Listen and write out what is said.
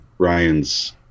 ryan's